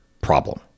problem